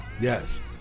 yes